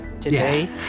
today